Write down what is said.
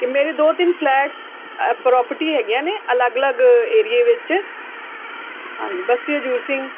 ਕਿ ਮੇਰੇ ਦੋ ਤਿੰਨ ਫਲੈਟਸ ਪ੍ਰੋਪਰਟੀ ਹੈਗੀਆਂ ਨੇ ਅਲੱਗ ਅਲੱਗ ਏਰੀਏ ਵਿੱਚ ਹਾਂਜੀ ਬਸਤੀ ਹਜੂਰ ਸਿੰਘ